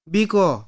Biko